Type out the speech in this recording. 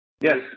yes